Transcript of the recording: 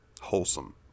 wholesome